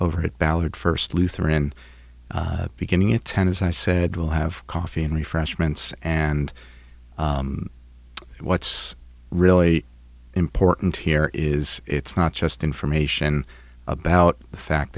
over it ballard first lutheran beginning at ten as i said we'll have coffee and refreshments and what's really important here is it's not just information about the fact